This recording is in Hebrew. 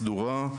סדורה,